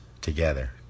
together